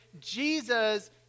Jesus